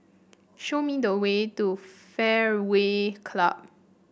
show me the way to Fairway Club